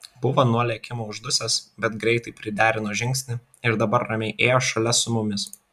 buvo nuo lėkimo uždusęs bet greitai priderino žingsnį ir dabar ramiai ėjo šalia su mumis